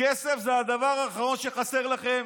כסף זה הדבר האחרון שחסר לכם.